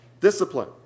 discipline